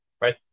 right